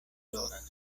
ploras